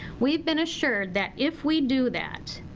we've been assured that if we do that,